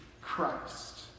Christ